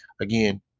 again